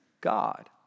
God